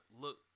look